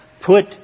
put